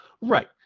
Right